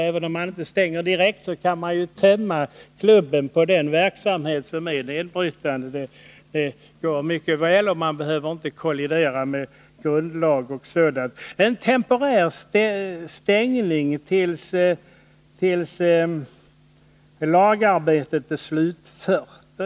Även om man inte stänger klubbarna direkt, så kan man mycket väl se till att de töms på sådan verksamhet som är nedbrytande. Man behöver inte kollidera med grundlagen etc. Jag har föreslagit en temporär stängning av klubbarna tills lagstiftningsarbetet är slutfört.